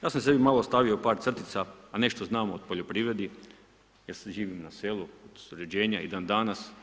Ja sam sebi malo ostavio par crtica, a nešto znam o poljoprivredi, jer sad živim na selu, u surađenje i dan danas.